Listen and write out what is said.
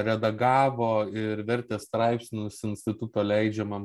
redagavo ir vertė straipsnius instituto leidžiamam